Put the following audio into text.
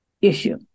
issue